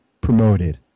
promoted